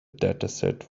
dataset